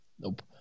Nope